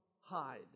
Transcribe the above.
hide